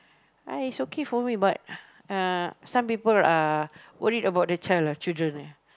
ah is okay for me but uh some people are worried about the child ah children ah